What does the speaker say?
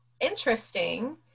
interesting